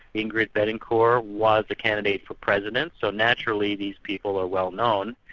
ingrid betancourt was a candidate for president, so naturally these people are well-known,